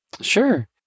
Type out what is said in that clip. sure